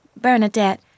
Bernadette